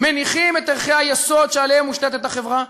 מניחים את ערכי היסוד שעליהם מושתתת החברה.